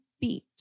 beat